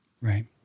Right